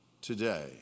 today